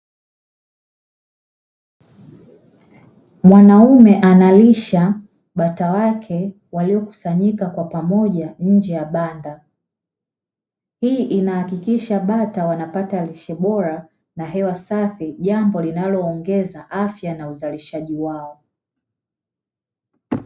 Mwanaume analisha bata wake waliokusanyika kwa pamoja nje ya banda. Hii inahakikisha bata wanapata lishe bora na hewa safi jambo linaloongeza afya na uzalishaji wao.